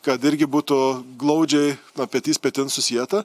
kad irgi būtų glaudžiai petys petin susieta